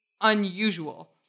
unusual